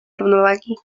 równowagi